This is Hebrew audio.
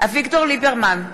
אביגדור ליברמן,